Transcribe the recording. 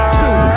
two